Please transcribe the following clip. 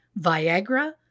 Viagra